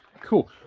Cool